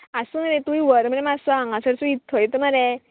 आसूं रे तुय व्हर मरे मातसो हांगासरचो इत थंयत मरे